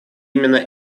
именно